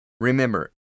Remember